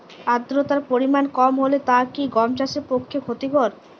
আর্দতার পরিমাণ কম হলে তা কি গম চাষের পক্ষে ক্ষতিকর?